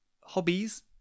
Hobbies